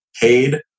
paid